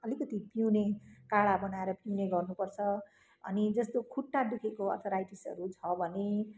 अलिकति पिउने काडा बनाएर पिउने गर्नुपर्छ अनि जस्तो खुट्टा दुखेको अर्थराइटिसहरू छ भने